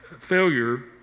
failure